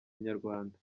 inyarwanda